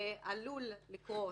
"עלול לקרות".